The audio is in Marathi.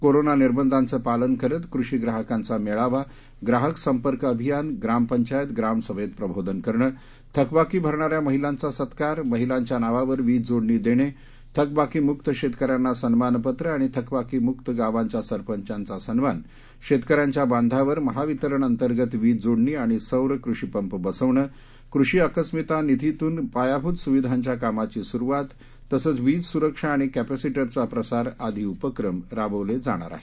कोरोना निर्बंधांचे पालन करत कृषी वीज ग्राहकांचा मेळावा ग्राहक संपर्क अभियान ग्रामपंचायत ग्रामसभेत प्रबोधन करणे थकबाकी भरणाऱ्या महिलांचा सत्कार महिलांच्या नावावर वीज जोडणी देणे थकबाकीमुक्त शेतकऱ्यांना सन्मानपत्र आणि थकबाकीमुक्त गावांच्या सरपंचांचा सन्मान शेतकऱ्यांच्या बांधावर महावितरण अंतर्गत वीजजोडणी आणि सौर कृषिपंप बसवणं कृषी आकस्मिकता निधीतून पायाभूत सुविधांच्या कामाची सुरूवात तसंच वीज सुरक्षा आणि कपॅसीटरचा प्रसार आदी उपक्रम राबवले जाणार आहेत